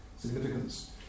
significance